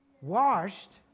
washed